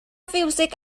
fiwsig